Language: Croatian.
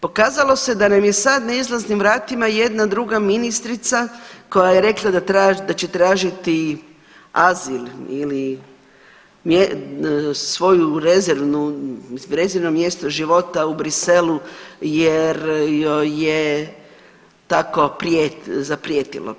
Pokazalo se da nam je sad na izlaznim vratima i jedna druga ministrica koja je rekla da će tražiti azil ili svoju rezervnu, rezervno mjesto života u Bruxellesu jer joj je tako zaprijetilo.